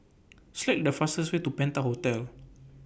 Select The fastest Way to Penta Hotel